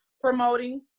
promoting